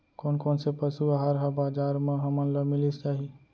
कोन कोन से पसु आहार ह बजार म हमन ल मिलिस जाही?